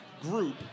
group